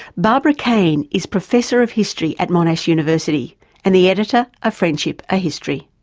barbara caine is professor of history at monash university and the editor of friendship a history.